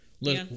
Look